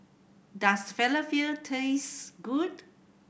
does Falafel taste good